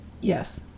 Yes